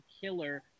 killer